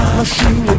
Machine